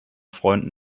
freunden